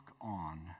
on